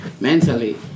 Mentally